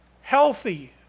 healthy